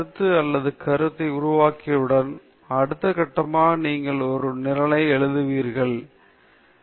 சிக்கலைத் தீர்ப்பதற்கு கருத்து அல்லது கருத்தை உருவாக்கியவுடன் அடுத்த கட்டமாக நீங்கள் ஒரு நிரலை எழுதுவீர்கள் அல்லது ஒரு பரிசோதனை அமைப்பு மற்றும் இவை அனைத்தையும் உருவாக்கும்